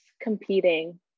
competing